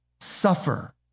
suffer